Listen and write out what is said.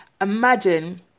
Imagine